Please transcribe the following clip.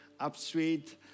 Upstreet